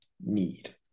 need